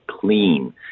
clean